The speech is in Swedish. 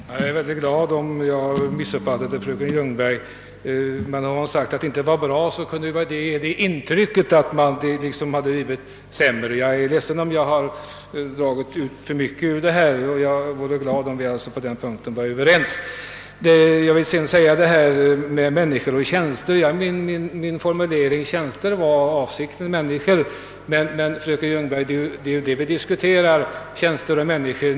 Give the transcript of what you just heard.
Herr talman! Jag är mycket glad om jag missuppfattade fröken Ljungberg. Men har hon sagt att det inte var bra, kan det ha givit intrycket att det blivit sämre. Jag beklagar om jag dragit för långtgående slutsatser ur hennes uttalande, och jag är alltså glad om vi är överens på denna punkt. Beträffande människor och tjänster vill jag säga att jag med min formulering tjänster avsåg människor. Men, fröken Ljungberg, det är ju samma sak vi diskuterar.